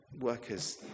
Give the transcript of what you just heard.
workers